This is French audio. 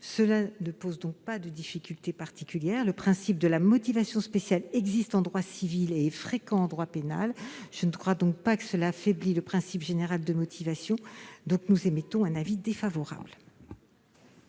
je ne vois donc pas de difficulté particulière. Le principe de la motivation spéciale existe en droit civil et est fréquent en droit pénal. Je ne crois donc pas que cela affaiblisse le principe général de motivation. La commission émet donc un avis défavorable